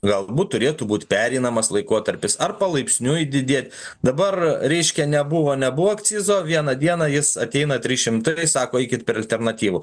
galbūt turėtų būt pereinamas laikotarpis ar palaipsniui didėt dabar reiškia nebuvo nebuvo akcizo vieną dieną jis ateina trys šimtai sako eikit per alternatyvų